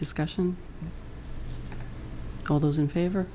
discussion all those in favor